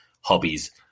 hobbies